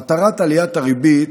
מטרת עליית הריבית,